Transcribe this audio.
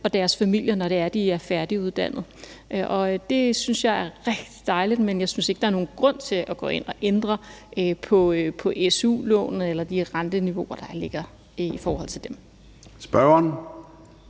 og deres familie, når de færdiguddannet. Det synes jeg er rigtig dejligt, men jeg synes ikke, der er nogen grund til at gå ind og ændre på su-lånene eller de renteniveauer, der er for dem. Kl.